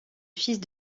fils